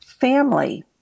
family